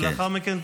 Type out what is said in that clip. ולאחר מכן,